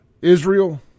Israel